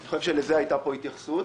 אני חושב שלזה הייתה פה התייחסות.